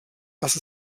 dass